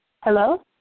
Hello